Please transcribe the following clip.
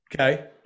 Okay